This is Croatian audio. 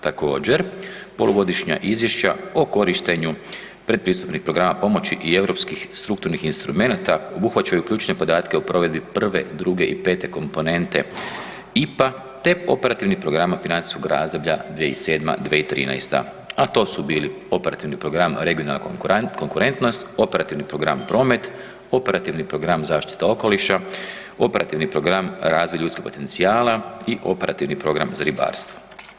Također, polugodišnja izvješća o korištenja pretpristupnih programa pomoći i europskih strukturnih instrumenata obuhvaćaju ključne podatke o provedbi 1, 2 i 5-te komponente IPA te operativnih programa financijskog razdoblja 2007. – 2013., a to su bili Operativni program regionalna konkurentnost, Operativni program promet, Operativni program zaštita okoliša, Operativni program razvoj ljudskih potencijala i Operativni program za ribarstvo.